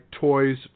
toys